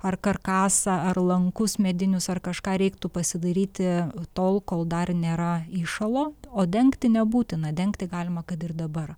ar karkasą ar lankus medinius ar kažką reiktų pasidairyti tol kol dar nėra įšalo o dengti nebūtina dengti galima kad ir dabar